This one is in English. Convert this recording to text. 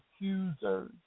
accusers